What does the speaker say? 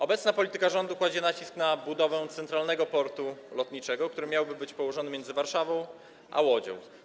Obecna polityka rządu kładzie nacisk na budowę centralnego portu lotniczego, który miałby być położony między Warszawą a Łodzią.